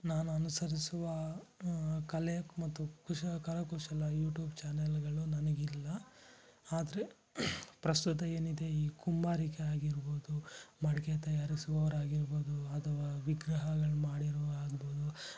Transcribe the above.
ನಾನು ಅನುಸರಿಸುವ ಕಲೆ ಮತ್ತು ಕುಶ ಕರಕುಶಲ ಯುಟೂಬ್ ಚಾನೆಲ್ಗಳು ನನಗಿಲ್ಲ ಆದರೆ ಪ್ರಸ್ತುತ ಏನಿದೆ ಈ ಕುಂಬಾರಿಕೆ ಆಗಿರ್ಬೋದು ಮಡಿಕೆ ತಯಾರಿಸುವವರಾಗಿರ್ಬೋದು ಅಥವಾ ವಿಗ್ರಹಗಳು ಮಾಡಿರುವ ಆಗ್ಬೋದು